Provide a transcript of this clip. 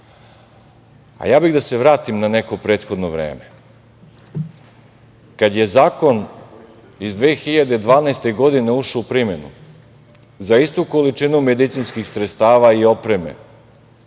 bih da se vratim na neko prethodno vreme, kada je zakon iz 2012. godine ušao u primenu. Za istu količinu medicinskih sredstava i opreme